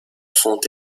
font